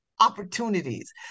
opportunities